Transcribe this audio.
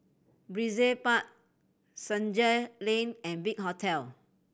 Brizay Park Senja Link and Big Hotel